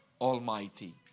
Almighty